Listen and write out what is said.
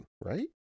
right